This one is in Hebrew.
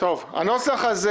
הנוסח הזה